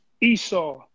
Esau